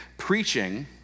preaching